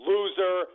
Loser